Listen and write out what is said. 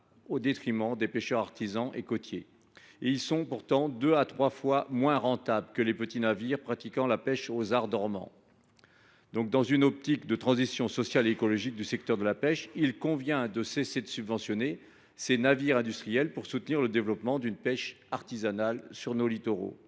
au détriment des pêcheurs artisans et côtiers. Ils sont pourtant deux à trois fois moins rentables que les petits navires pratiquant la pêche aux arts dormants. Dans une optique de transition sociale et écologique du secteur de la pêche, il convient de cesser de subventionner ces navires industriels pour soutenir le développement d’une pêche artisanale sur nos littoraux.